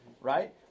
right